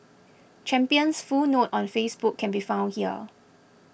champion's full note on Facebook can be found here